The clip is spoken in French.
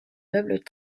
meubles